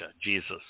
Jesus